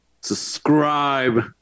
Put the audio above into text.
Subscribe